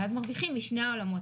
אני חושבת שאז מרוויחים משני העולמות,